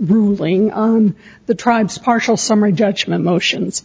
ruling the tribes partial summary judgment motions